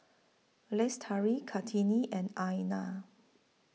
Lestari Kartini and Aina